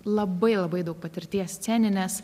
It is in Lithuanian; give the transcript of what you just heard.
labai labai daug patirties sceninės